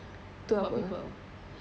about people